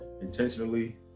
intentionally